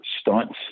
stunts